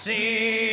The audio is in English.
See